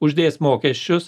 uždės mokesčius